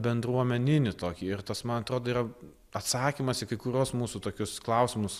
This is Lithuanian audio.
bendruomeninį tokį ir tas man atrodo yra atsakymas į kai kuriuos mūsų tokius klausimus